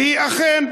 והיא אכן,